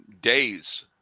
days